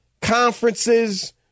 conferences